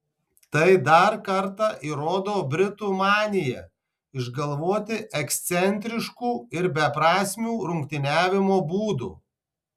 tai dar kartą įrodo britų maniją išgalvoti ekscentriškų ir beprasmių rungtyniavimo būdų